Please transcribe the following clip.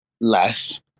less